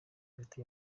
hagati